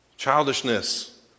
childishness